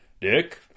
Dick